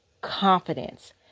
confidence